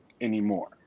anymore